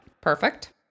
Perfect